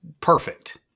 perfect